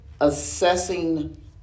assessing